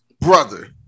brother